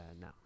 no